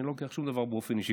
אני לא לוקח שום דבר באופן אישי.